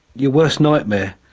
your worst nightmare.